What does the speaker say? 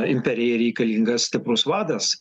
imperijai reikalingas stiprus vadas